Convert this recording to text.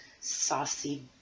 saucy